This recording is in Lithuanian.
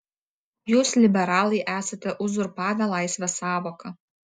jūs liberalai esate uzurpavę laisvės sąvoką